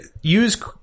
use